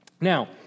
Now